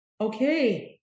okay